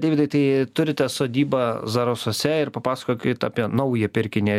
deividai tai turite sodybą zarasuose ir papasakokit apie naują pirkinį